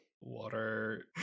water